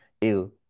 ill